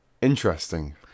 Interesting